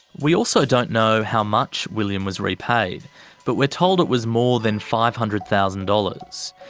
we also don't know how much william was repaid but we're told it was more than five hundred thousand dollars.